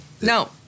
No